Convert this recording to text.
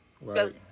Right